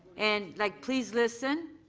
and like please listen.